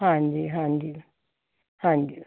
ਹਾਂਜੀ ਹਾਂਜੀ ਹਾਂਜੀ